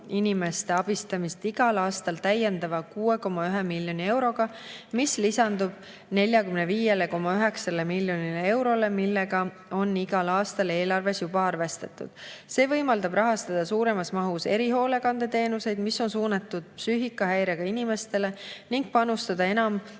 inimeste abistamist igal aastal täiendava 6,1 miljoni euroga, mis lisandub 45,9 miljonile eurole, millega on igal aastal eelarves juba arvestatud. See võimaldab rahastada suuremas mahus erihoolekandeteenuseid, mis on suunatud psüühikahäirega inimestele, ning panustada enam